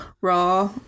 Raw